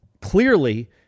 Clearly